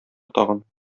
тагын